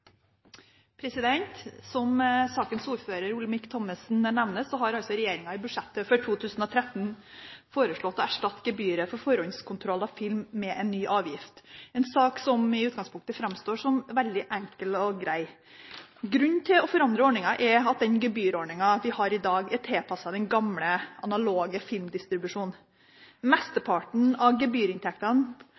til. Som sakens ordfører, Olemic Thommessen, nevner, har regjeringen i budsjettet for 2013 foreslått å erstatte gebyret for forhåndskontroll av film med en ny avgift – en sak som i utgangspunktet framstår som veldig enkel og grei. Grunnen til å forandre ordningen er at den gebyrordningen vi har i dag, er tilpasset den gamle analoge filmdistribusjonen. Mesteparten av gebyrinntektene